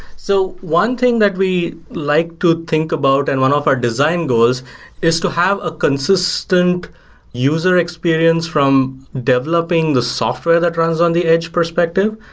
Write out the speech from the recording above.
so one thing that we like to think about and one of our design goals is to have a consistent user experience from developing the software that runs on the edge perspective,